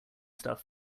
stuff